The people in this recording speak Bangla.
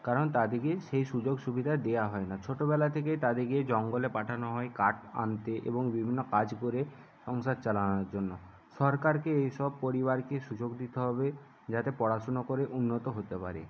কারণ তাদিকে সেই সুযোগ সুবিধা দেওয়া হয় না ছোটোবেলা থেকেই তাদিগে জঙ্গলে পাঠানো হয় কাঠ আনতে এবং বিভিন্ন কাজ করে সংসার চালানোর জন্য সরকারকে এইসব পরিবারকে সুযোগ দিতে হবে যাতে পড়াশুনো করে উন্নত হতে পারে